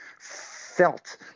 felt